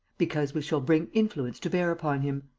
because we shall bring influence to bear upon him.